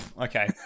okay